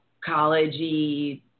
college-y